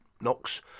knocks